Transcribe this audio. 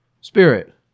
spirit